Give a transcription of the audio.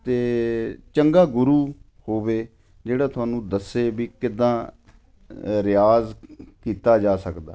ਅਤੇ ਚੰਗਾ ਗੁਰੂ ਹੋਵੇ ਜਿਹੜਾ ਤੁਹਾਨੂੰ ਦੱਸੇ ਵੀ ਕਿੱਦਾਂ ਰਿਆਜ਼ ਕੀਤਾ ਜਾ ਸਕਦਾ